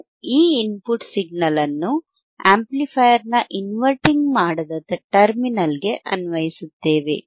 ನಾವು ಈ input signal ಅನ್ನು ಆಂಪ್ಲಿಫೈಯರ್ ನ ಇನ್ವರ್ಟಿಂಗ್ ಮಾಡದ ಟರ್ಮಿನಲ್ಗೆ ಅನ್ವಯಿಸುತ್ತೇವೆ